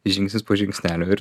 žingsnis po žingsnelio ir